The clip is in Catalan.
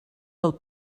del